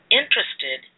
interested